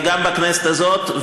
וגם בכנסת הזאת,